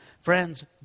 friends